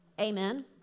Amen